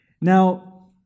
now